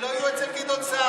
שלא יהיו אצל גדעון סער.